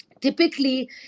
typically